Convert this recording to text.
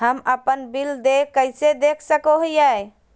हम अपन बिल देय कैसे देख सको हियै?